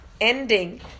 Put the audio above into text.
ending